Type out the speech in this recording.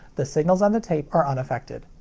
the signals on the tape are unaffected.